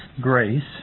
grace